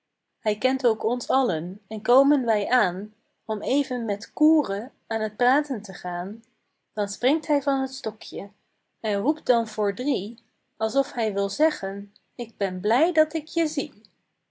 hij kent ook ons allen en komen wij aan om even met koere aan t praten te gaan dan springt hij van t stokje en roept dan voor drie alsof hij wil zeggen k ben blij dat k je zie